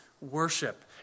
worship